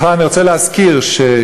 בכלל, אני רוצה להזכיר שכתוב: